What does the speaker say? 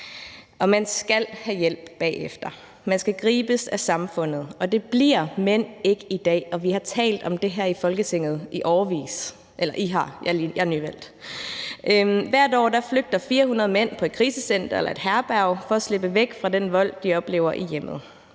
man skal have hjælp bagefter. Man skal gribes af samfundet, og det bliver mænd ikke i dag. Vi har talt om det her i Folketinget i årevis – eller I har, jeg er nyvalgt. Hvert år flygter 400 mænd til et krisecenter eller et herberg for at slippe væk fra den vold, de oplever i hjemmet.